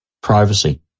privacy